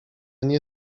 nie